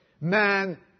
Man